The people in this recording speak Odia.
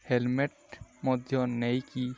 ହେଲମେଟ୍ ମଧ୍ୟ ନେଇକି